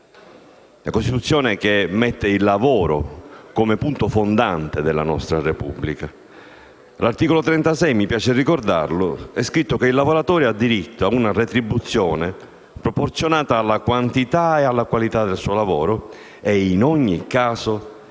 Costituzione che mette il lavoro come punto fondante della nostra Repubblica. All'articolo 36 - mi piace ricordarlo - è scritto che «il lavoratore ha diritto ad una retribuzione proporzionata alla quantità e qualità del suo lavoro e in ogni caso sufficiente